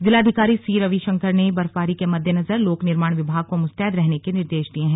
जिलाधिकारी सी रविशंकर ने बर्फबारी के मद्देनजर लोक निर्माण विभाग को मुस्तैद रहने के निर्देश दिये हैं